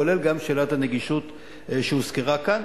כולל גם שאלת הנגישות שהוזכרה כאן,